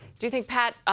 do you think, pat,